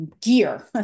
gear